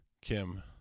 Kim